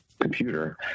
computer